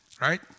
right